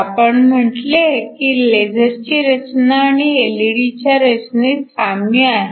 आपण म्हटले की लेझरची रचना आणि एलईडीच्या रचनेत साम्य आहे